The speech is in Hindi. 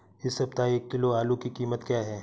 इस सप्ताह एक किलो आलू की कीमत क्या है?